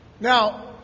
Now